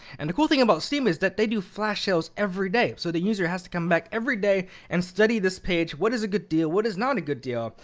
and the cool thing about steam is that they do flash sales every day. so the user has to come back every day and study this page. what is a good deal? what is not a good deal?